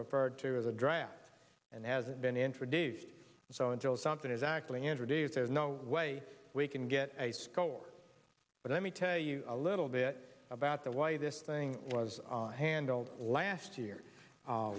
referred to as a draft and hasn't been introduced so until something is actually introduced there's no way we can get a score but i mean tell you a little bit about the way this thing was handled last